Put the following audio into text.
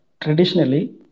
Traditionally